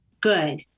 good